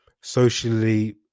socially